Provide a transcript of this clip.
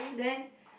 then